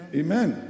amen